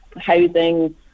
housing